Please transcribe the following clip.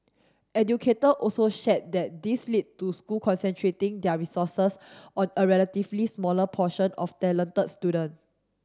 educator also shared that this led to school concentrating their resources on a relatively smaller portion of talent student